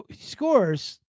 scores